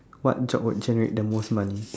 what job would generate the most money